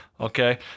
okay